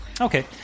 Okay